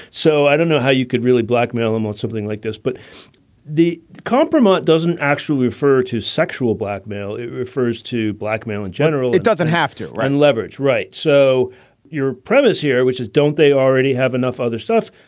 so i don't know how you could really blackmail them with something like this but the compromise doesn't actually refer to sexual blackmail. it refers to blackmail in general. it doesn't have to. and leverage. right. so your premise here, which is don't they already have enough other stuff?